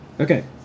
Okay